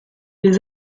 les